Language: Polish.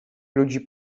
ludzi